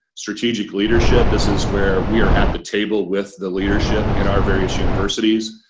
strategic leadership this is where we are at the table with the leadership in our various universities.